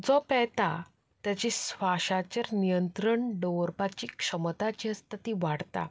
जो पेंयता तेच्या श्वाशाचेर नियंत्रण दवरपाची क्षमता जी आसता ती वाडता